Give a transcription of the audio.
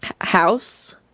House